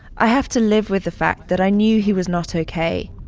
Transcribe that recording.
i have to live with the fact that i knew he was not ok,